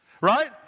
right